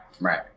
right